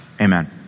Amen